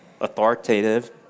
authoritative